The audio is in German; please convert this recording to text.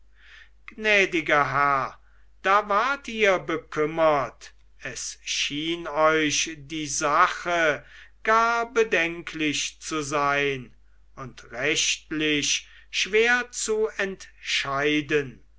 gnädiger herr da wart ihr bekümmert es schien euch die sache gar bedenklich zu sein und rechtlich schwer zu entscheiden